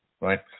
right